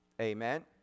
Amen